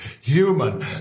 human